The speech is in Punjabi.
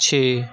ਛੇ